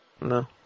No